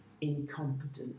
incompetent